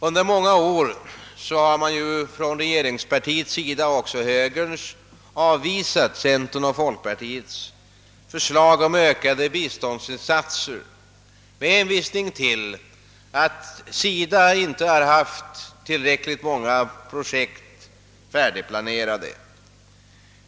Under många år har man från regeringspartiets och högerns sida avvisat centerpartiets och folkpartiets förslag om ökade biståndsinsatser med hänvisning till att SIDA inte har haft tillräckligt många projekt färdigplanerade.